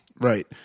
right